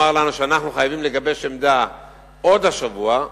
לנו שאנחנו חייבים לגבש עמדה עוד השבוע,